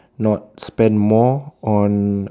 not spend more on